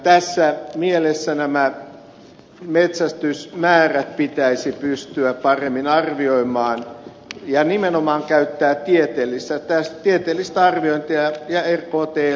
tässä mielessä pitäisi pystyä paremmin arvioimaan metsästysmäärät ja nimenomaan käyttämään tieteellistä arviointia ja rktl sitä edustaa